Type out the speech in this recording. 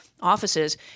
offices